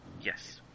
Yes